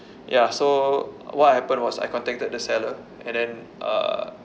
ya so what happened was I contacted the seller and then uh